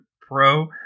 Pro